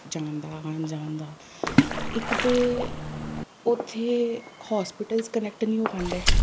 ਜਾਣ ਦਾ ਆਉਣ ਜਾਣ ਦਾ ਇੱਕ ਤਾਂ ਉੱਥੇ ਹੋਸਪਿਟਲਸ ਕਨੈਕਟ ਨਹੀਂ ਹੋ ਪਾਉਂਦੇ